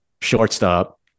shortstop